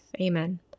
Amen